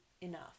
enough